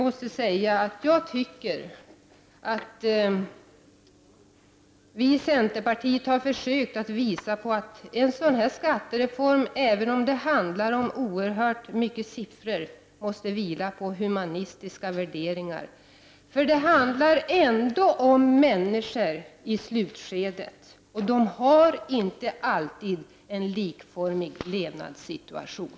Vi i centerpartiet har försökt visa på att en sådan här reform, även om det handlar om oerhört mycket siffror, måste vila på humana värderingar. I slutskedet är det ändå människor det gäller, och de har inte alltid en likartad livssituation.